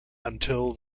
until